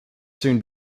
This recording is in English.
soon